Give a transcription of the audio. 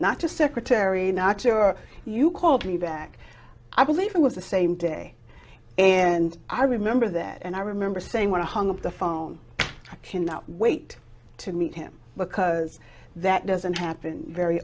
not just secretary not sure you called me back i believe it was the same day and i remember that and i remember saying what a hung up the phone i cannot wait to meet him because that doesn't happen very